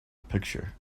picture